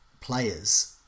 players